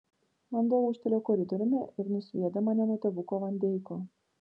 vanduo ūžtelėjo koridoriumi ir nusviedė mane nuo tėvuko van deiko